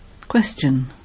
Question